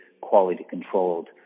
quality-controlled